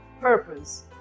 purpose